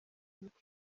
umuco